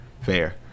fair